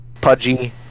Pudgy